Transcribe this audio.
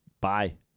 Bye